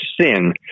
sin